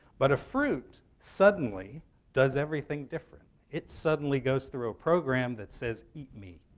but a fruit suddenly does everything different. it suddenly goes through a program that says, eat me.